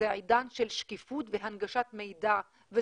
זה עידן של שקיפות והנגשת מידע וזכותי